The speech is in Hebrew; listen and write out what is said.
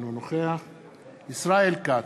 אינו נוכח ישראל כץ,